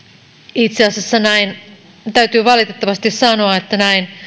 itse asiassa nähneeni täytyy valitettavasti sanoa näin